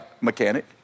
mechanic